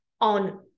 on